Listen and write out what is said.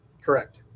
Correct